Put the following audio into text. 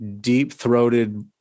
deep-throated